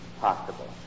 possible